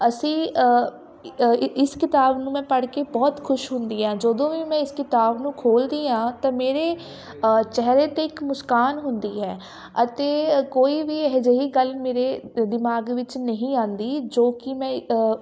ਅਸੀਂ ਇਸ ਕਿਤਾਬ ਨੂੰ ਮੈਂ ਪੜ੍ਹ ਕੇ ਬਹੁਤ ਖੁਸ਼ ਹੁੰਦੀ ਹਾਂ ਜਦੋਂ ਵੀ ਮੈਂ ਇਸ ਕਿਤਾਬ ਨੂੰ ਖੋਲ੍ਹਦੀ ਹਾਂ ਤਾਂ ਮੇਰੇ ਚਿਹਰੇ 'ਤੇ ਇੱਕ ਮੁਸਕਾਨ ਹੁੰਦੀ ਹੈ ਅਤੇ ਕੋਈ ਵੀ ਇਹੋ ਜਿਹੀ ਗੱਲ ਮੇਰੇ ਦਿਮਾਗ ਵਿੱਚ ਨਹੀਂ ਆਉਂਦੀ ਜੋ ਕਿ ਮੈਂ